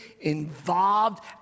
involved